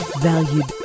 valued